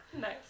nice